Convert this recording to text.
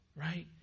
right